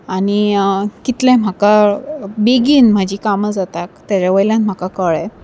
आनी कितलें म्हाका बेगीन म्हाजी कामां जाता तेज्या वयल्यान म्हाका कळ्ळें